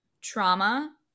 trauma